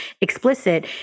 explicit